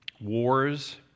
Wars